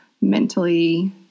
mentally